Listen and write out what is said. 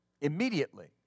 Immediately